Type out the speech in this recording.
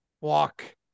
walk